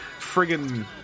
Friggin